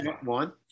one